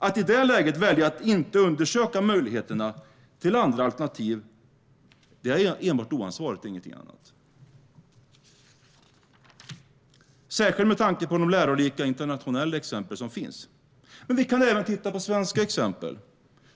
Att i det läget välja att inte undersöka möjligheten till andra alternativ är enbart oansvarigt och ingenting annat, särskilt med tanke på de lärorika internationella exempel som finns. Men vi kan även titta på svenska exempel.